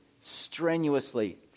strenuously